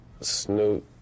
Snoop